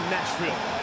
Nashville